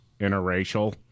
Interracial